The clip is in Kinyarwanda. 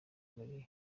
muri